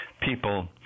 people